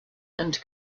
and